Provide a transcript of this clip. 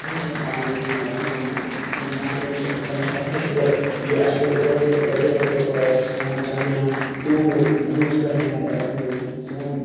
اگر أسۍ وٕچھو باقٕے باقٕے یِم کَنٹرٛیٖز چھِ تِم چھِ اَسہِ نِش ون یہِ اَسہِ کوٚر اوترے اوترے اوترے کوٚر اَسہِ سون چَندریان ٹوٗ گوٚو موٗنَس پٮ۪ٹھ لینٛڈ اَسہِ گوٚو سون